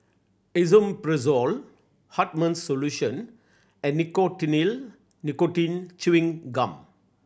Esomeprazole Hartman's Solution and Nicotinell Nicotine Chewing Gum